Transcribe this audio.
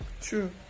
true